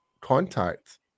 contact